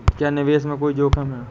क्या निवेश में कोई जोखिम है?